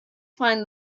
find